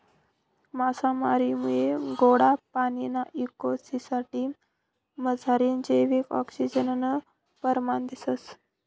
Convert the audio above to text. मासामारीमुये गोडा पाणीना इको सिसटिम मझारलं जैविक आक्सिजननं परमाण दिसंस